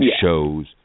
shows